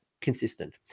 consistent